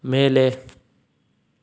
ಮೇಲೆ